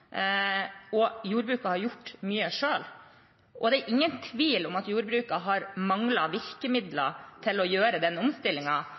og jordbruket har gjort mye selv. Det er ingen tvil om at jordbruket har manglet virkemidler til å gjøre den